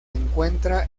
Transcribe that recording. encuentra